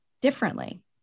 differently